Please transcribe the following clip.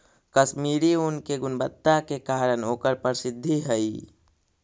कश्मीरी ऊन के गुणवत्ता के कारण ओकर प्रसिद्धि हइ